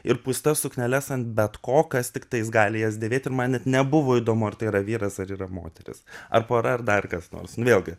ir pūstas sukneles ant bet ko kas tiktais gali jas dėvėti man net nebuvo įdomu ar tai yra vyras ar yra moteris ar pora ar dar kas nors vėlgi